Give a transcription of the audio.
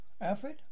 Alfred